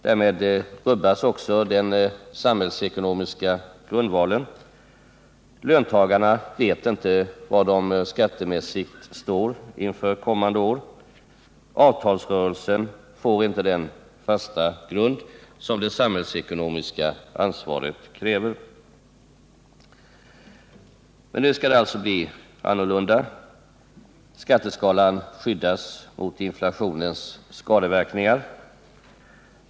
Därmed rubbas också den samhällsekonomiska grundvalen. Löntagarna vet inte var de skattemässigt står inför kommande år. Avtalsrörelsen får inte den fasta grund som det samhällsekonomiska ansvaret kräver. Men nu skall det alltså bli annorlunda. Skatteskalan skyddas mot inflationens skadeverkningar.